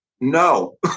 No